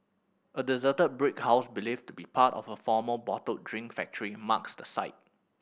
a deserted brick house believed to be part of a former bottled drink factory marks the site